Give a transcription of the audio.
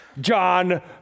John